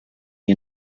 you